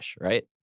right